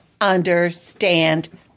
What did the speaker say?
understand